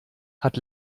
hat